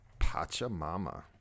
Pachamama